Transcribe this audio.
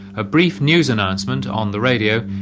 a brief news announcement on the radio,